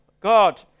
God